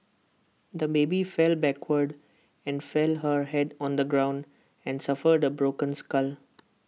the baby fell backwards and fit her Head on the ground and suffered A broken skull